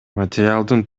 материалдын